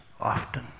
often